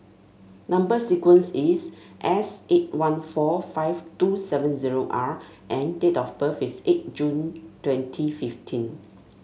number sequence is S eight one four five two seven zero R and date of birth is eight June twenty fifteen